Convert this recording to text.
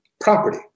property